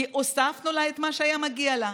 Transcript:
כי הוספנו לה את מה שהיה מגיע לה.